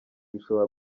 bishobora